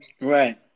right